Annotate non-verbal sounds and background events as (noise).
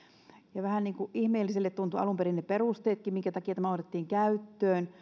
ja vähän ihmeelliseltä tuntuivat alun perin ne perusteetkin minkä takia tämä otettiin käyttöön (unintelligible)